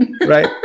Right